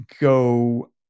go